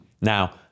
Now